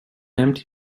empty